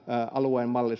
alueen malli